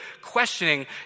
questioning